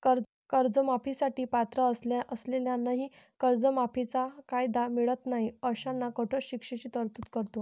कर्जमाफी साठी पात्र असलेल्यांनाही कर्जमाफीचा कायदा मिळत नाही अशांना कठोर शिक्षेची तरतूद करतो